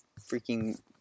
freaking